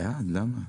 למה?